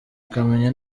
akamenya